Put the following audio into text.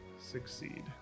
succeed